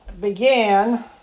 began